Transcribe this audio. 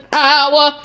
power